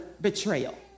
betrayal